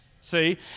See